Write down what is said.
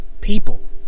people